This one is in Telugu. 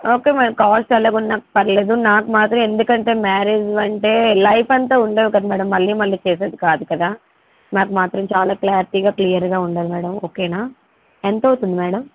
ఓకే మ్యాడమ్ కాస్ట్ ఎలాగా ఉన్నా పర్లేదు నాకు మాత్రం ఎందుకంటే మ్యారేజ్ అంటే లైఫ్ అంతా ఉండవు కదా మ్యాడమ్ మళ్ళీ మళ్ళీ చేసేది కాదు కదా నాకు మాత్రం చాలా క్లారిటీగా క్లియర్గా ఉండాలి మ్యాడమ్ ఓకేనా ఎంత అవుతుంది మ్యాడమ్